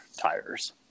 tires